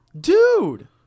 Dude